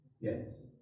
Yes